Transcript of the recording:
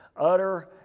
utter